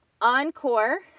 Encore